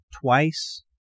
twice